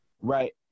Right